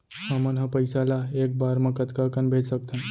हमन ह पइसा ला एक बार मा कतका कन भेज सकथन?